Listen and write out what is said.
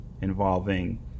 involving